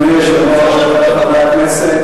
אדוני היושב-ראש,